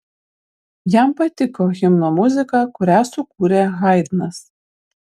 jam patiko himno muzika kurią sukūrė haidnas